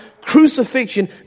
crucifixion